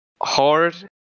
hard